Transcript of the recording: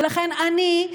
ולכן אני,